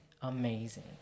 Amazing